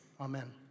Amen